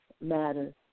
matters